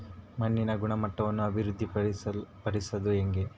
ಮಣ್ಣಿನ ಗುಣಮಟ್ಟವನ್ನು ಅಭಿವೃದ್ಧಿ ಪಡಿಸದು ಹೆಂಗೆ?